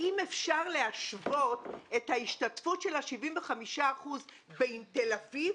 האם אפשר להשוות את ההשתתפות של 75% בין תל אביב,